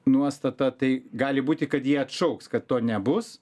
nuostatą tai gali būti kad jį atšauks kad to nebus